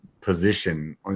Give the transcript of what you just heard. position